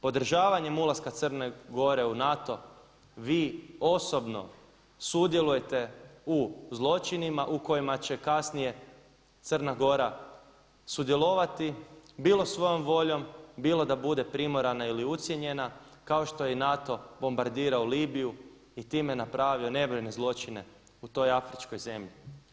Podržavanjem ulaska Crne Gore u NATO vi osobno sudjelujete u zločinima u kojima će kasnije Crna Gora sudjelovati bilo svojom voljom, bilo da bude primorana ili ucijenjena kao što je i NATO bombardirao Libiju i time napravio nebrojene zločine u toj afričkoj zemlji.